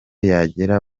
yageraga